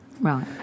Right